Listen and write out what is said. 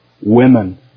women